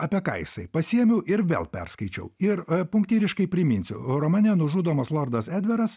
apie ką jisai pasiėmiau ir vėl perskaičiau ir punktyriškai priminsiu romane nužudomas lordas edveras